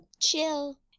chill